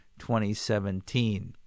2017